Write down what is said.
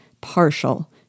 partial